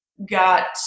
got